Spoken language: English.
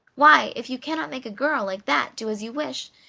why, if you cannot make a girl like that do as you wish,